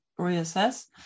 reassess